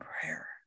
prayer